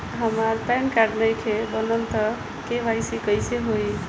हमार pan card नईखे बनल त के.वाइ.सी कइसे होई?